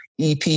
EP